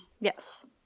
Yes